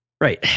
right